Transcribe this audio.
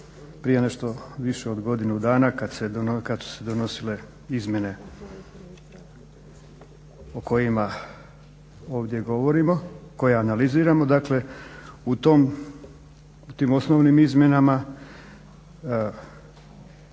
prije nešto više od godinu dana kada su se donosile izmjene o kojima ovdje govorimo, koje analiziramo. Dakle u tim osnovnim izmjenama